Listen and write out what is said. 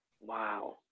Wow